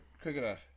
cricketer